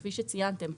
כפי שציינתם,